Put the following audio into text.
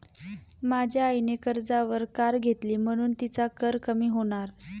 माझ्या आईने कर्जावर कार घेतली म्हणुन तिचा कर कमी होणार